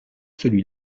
celui